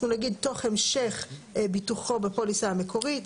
אנחנו נגיד "תוך המשך ביטוחו בפוליסה המקורית",